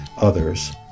others